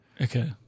Okay